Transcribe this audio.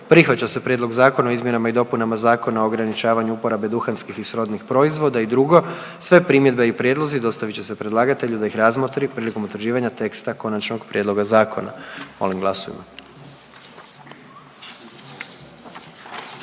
Prihvaća se Prijedlog Zakona o zaštiti i očuvanju kulturnih dobara i 2. Sve primjedbe i prijedlozi dostavit će se predlagatelju da ih razmotri prilikom utvrđivanja teksta konačnog prijedloga zakona.“ Molim glasujmo.